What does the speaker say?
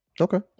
okay